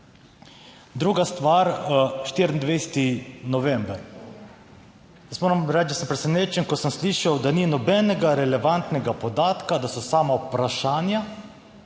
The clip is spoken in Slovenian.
Druga stvar. 24. november. Jaz moram reči, da sem presenečen, ko sem slišal, da ni nobenega relevantnega podatka, da so samo vprašanja.